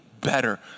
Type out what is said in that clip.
better